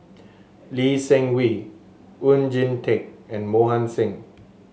Lee Seng Wee Oon Jin Teik and Mohan Singh